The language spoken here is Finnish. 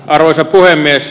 arvoisa puhemies